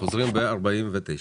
חוזרים ב-14:49.